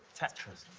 tetris.